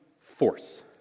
force